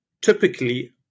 typically